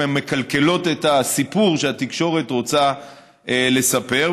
מקלקלות את הסיפור שהתקשורת רוצה לספר,